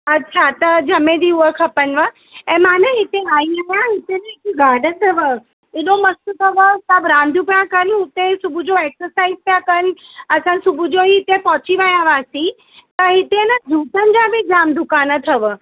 अच्छा त ॼमे जी हूअ खपनव ऐं मां न हिते आईं आयां हिते न हिकु गार्डन अथव एॾो मस्तु अथव सभु रांदियूं पिया कनि हुते सुबुहु जो एक्सरसाईज पिया कनि असां सुबुहु जो ई हिते पहुची विया हुआसीं त हिते न जूतनि जा बि जाम दुकान अथव